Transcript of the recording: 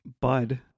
Bud